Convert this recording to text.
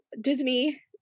Disney